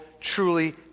truly